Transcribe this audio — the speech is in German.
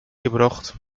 gebracht